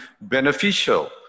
beneficial